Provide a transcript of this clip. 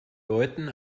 leuten